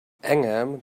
angham